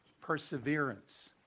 perseverance